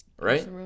Right